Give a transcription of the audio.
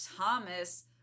Thomas